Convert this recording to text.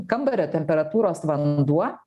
kambario temperatūros vanduo